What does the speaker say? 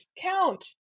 count